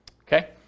Okay